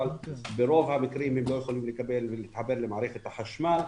אבל ברוב המקרים הם לא יכולים לקבל ולהתחבר למערכת החשמל.